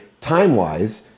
time-wise